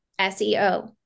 SEO